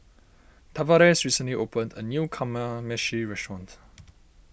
Tavares recently opened a new Kamameshi restaurant